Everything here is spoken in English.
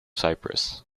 cyprus